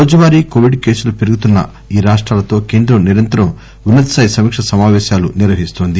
రోజువారీ కోవిడ్ కేసులు పెరుగుతున్న ఈ రాష్టాలతో కేంద్రం నిరంతరం ఉన్నతస్థాయి సమీకా సమాపేశం నిర్వహిస్తోంది